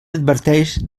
adverteix